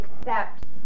accept